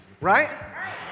Right